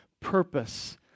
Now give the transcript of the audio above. purpose